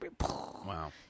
wow